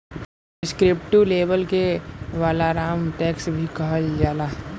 descriptive label के valorem tax भी कहल जाला